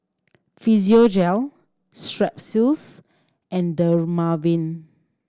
Physiogel Strepsils and Dermaveen